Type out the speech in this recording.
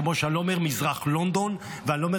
כמו שאני לא אומר "מזרח לונדון" ואני לא אומר